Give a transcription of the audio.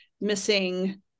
missing